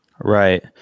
Right